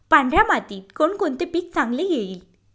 पांढऱ्या मातीत कोणकोणते पीक चांगले येईल?